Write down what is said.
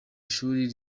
ishuri